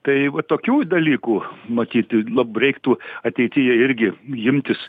tai va tokių dalykų matyti lab reiktų ateityje irgi imtis